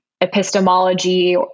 epistemology